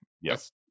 Yes